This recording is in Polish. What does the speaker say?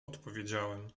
odpowiedziałem